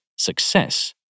success